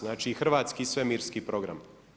Znači hrvatski svemirski program.